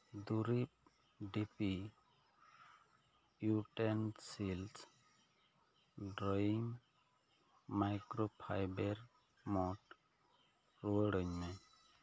ᱫᱩᱨᱤᱵᱽ ᱰᱤᱯᱤ utensils drying microfiber mat ᱨᱩᱣᱟᱹᱲᱟᱹᱧ ᱢᱮ